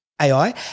AI